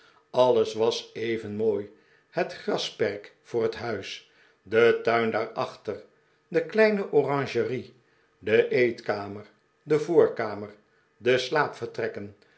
alles was even mooi het grasperk voor het huis de tuin daarachter de kleine oranjerie de eetkamer de voorkamer de